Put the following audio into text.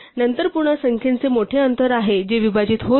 नंतर पुन्हा संख्येचे मोठे अंतर आहे जे विभाजित होत नाही